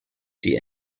die